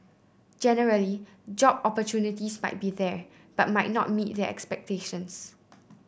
generally job opportunities might be there but might not meet their expectations